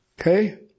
Okay